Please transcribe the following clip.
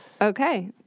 Okay